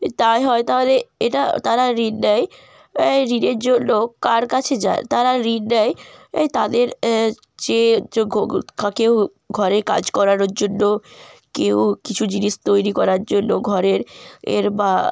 তাই হয় তাহলে এটা তারা ঋণ দেয় ঋণের জন্য কার কাছে যায় তারা ঋণ দেয় তাদের যে কেউ ঘরের কাজ করানোর জন্য কেউ কিছু জিনিস তৈরি করার জন্য ঘরের এর বা